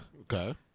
Okay